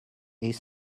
est